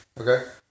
Okay